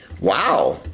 wow